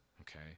okay